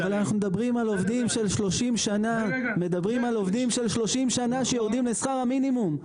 אבל אנחנו מדברים על עובדים של 30 שנים שיורדים לשכר המינימום,